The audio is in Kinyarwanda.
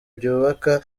byubaka